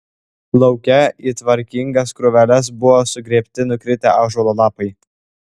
lauke į tvarkingas krūveles buvo sugrėbti nukritę ąžuolo lapai